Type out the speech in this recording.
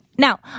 Now